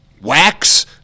Wax